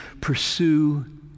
pursue